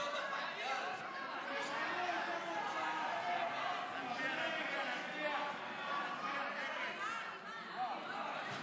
ההצעה להעביר לוועדה את הצעת חוק ההוצאה לפועל (תיקון,